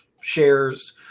shares